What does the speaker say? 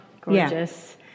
gorgeous